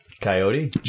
Coyote